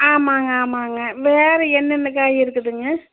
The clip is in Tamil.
ஆமாங்க ஆமாங்க வேறு என்னென்ன காய் இருக்குதுங்க